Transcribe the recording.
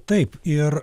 taip ir